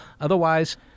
Otherwise-